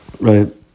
right